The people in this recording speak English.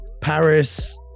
Paris